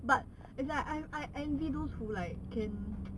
but it's like I I envy those who like can